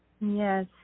Yes